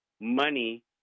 money